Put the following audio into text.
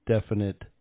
definite